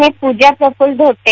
मी Puja Praful Dhote